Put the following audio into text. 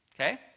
okay